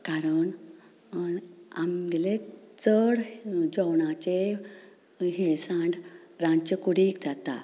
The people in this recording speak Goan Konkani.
कारण आमगेले चड जेवणाची हिणसाण रांदचे कुडींत जाता